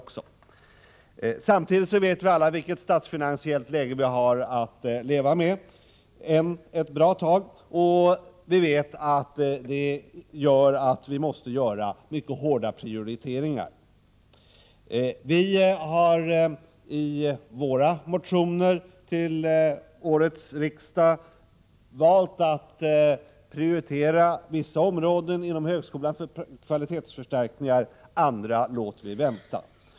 Samtidigt måste jag säga att vi ju alla vet vilket statsfinansiellt läge vi har att leva med ett bra tag. Det gör att vi måste göra mycket hårda prioriteringar. Vi har i våra motioner till årets riksdag valt att prioritera vissa områden inom högskolan för kvalitetsförstärkningar, andra låter vi vänta.